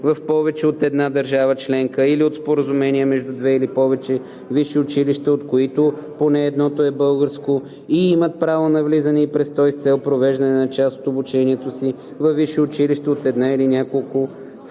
в повече от една държава членка, или от споразумение между две или повече висши училища, от които поне едното е българско, и имат право на влизане и престой с цел провеждане на част от обучението си във висше училище от една или няколко втори